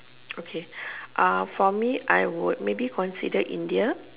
okay uh for me I would maybe consider India